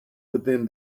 within